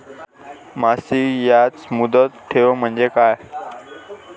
मासिक याज मुदत ठेव म्हणजे काय?